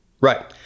Right